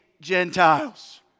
Gentiles